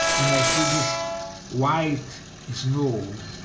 and i see this white snow,